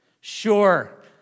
Sure